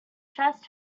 chest